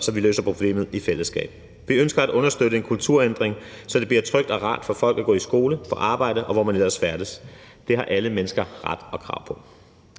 så vi løser problemet i fællesskab. Vi ønsker at understøtte en kulturændring, så det bliver trygt og rart for folk at gå i skole, på arbejde, og hvor man ellers færdes. Det har alle mennesker ret til og krav på.